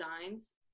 designs